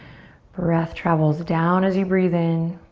breath travels down as you breathe in.